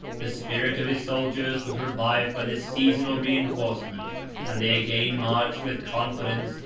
the spirit of his soldiers was revived by this seasonable reenforcement and they again marched, with confidence,